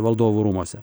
valdovų rūmuose